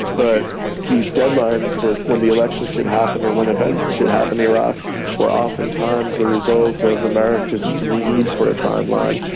but these deadlines for when the elections should happen or when events should happen in iraq were oftentimes the result of america's need for a timeline,